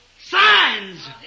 signs